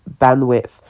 bandwidth